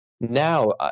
Now